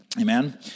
Amen